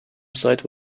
site